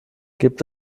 gibt